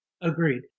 Agreed